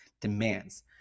demands